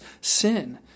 sin